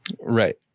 right